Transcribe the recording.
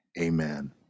amen